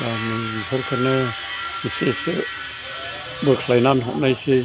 दा नै बेफोरखौनो एसे एसे बोख्लायनान हरनायसै